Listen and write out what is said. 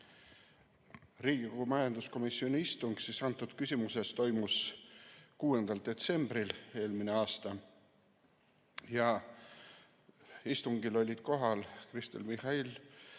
Riigikogu majanduskomisjoni istung antud küsimuses toimus 6. detsembril eelmisel aastal. Istungil olid kohal Kristen Michal,